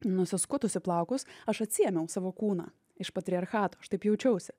nusiskutusi plaukus aš atsiėmiau savo kūną iš patriarchato aš taip jaučiausi